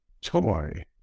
toy